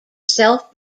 self